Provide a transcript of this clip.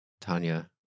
Tanya